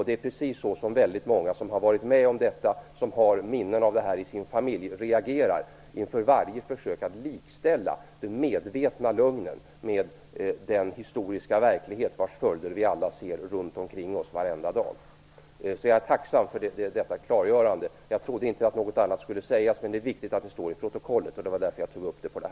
Det är precis så väldigt många som har varit med om detta, och som har minnen av det i sin familj, reagerar inför varje försök att likställa den medvetna lögnen med den historiska verklighet vars följder vi alla ser runt omkring oss varenda dag. Jag är alltså tacksam för detta klargörande. Jag trodde inte att något annat skulle sägas, men det är viktigt att det står i protokollet. Det var därför jag tog upp frågan.